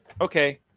Okay